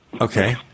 Okay